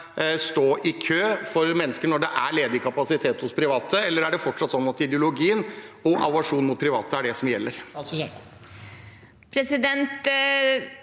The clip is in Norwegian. stå i kø, når det er ledig kapasitet hos private? Eller er det fortsatt sånn at ideologi og aversjonen mot private er det som gjelder?